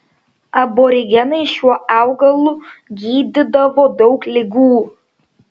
aborigenai šiuo augalu gydydavo daug ligų